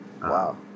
Wow